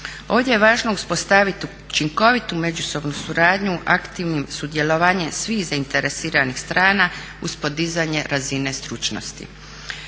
Ovdje je važno uspostaviti učinkovitu međusobnu suradnju aktivnim sudjelovanjem svih zainteresiranih strana uz podizanje razine stručnosti.